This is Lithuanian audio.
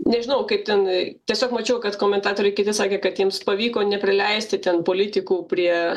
nežinau kaip ten tiesiog mačiau kad komentatoriai kiti sakė kad jiems pavyko neprileisti ten politikų prie